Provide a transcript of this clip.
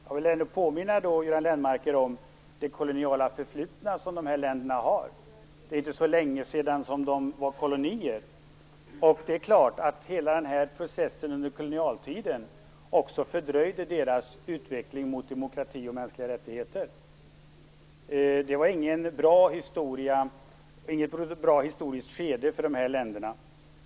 Jag vill påminna Göran Lennmarker om det koloniala förflutna som dessa länder har. Det är inte så länge sedan som de var kolonier. Det är klart att processen under kolonialtiden fördröjde deras utveckling mot demokrati och mänskliga rättigheter. Det var inget bra historiskt skede för de här länderna.